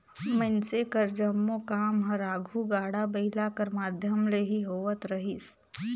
मइनसे कर जम्मो काम हर आघु गाड़ा बइला कर माध्यम ले ही होवत रहिस